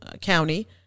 County